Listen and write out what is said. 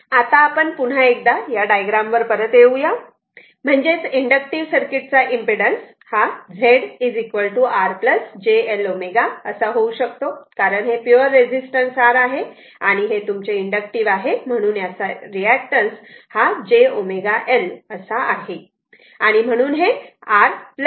आता आपण पुन्हा एकदा या डायग्राम वर परत येऊया म्हणजेच इंडक्टिव्ह सर्किट चा impedance Z R j L ω असा होऊ शकतो कारण हे पिवर रेसिस्टिव्ह R आहे आणि हे तुमचे इंडक्टिव्ह आहे म्हणून याचा रिअॅक्टॅन्स ωL असा आहे आणि म्हणून हे R j L ω असे येते